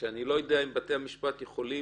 אני לא יודע אם בתי המשפט יכולים